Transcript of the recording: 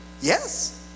Yes